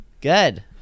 Good